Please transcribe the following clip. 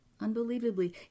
Unbelievably